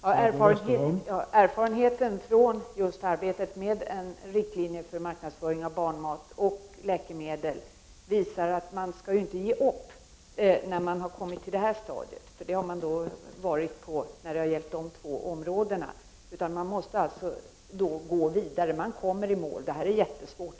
Herr talman! Erfarenheten från just arbetet med en riktlinje för marknadsföringen av barnmat och läkemedel visar ju att man inte skall ge upp när man kommit till det här stadiet, eftersom man varit där när det gällt de båda nämnda områdena, utan man måste alltså gå vidare. Man kommer i mål! Men det här är jättesvårt.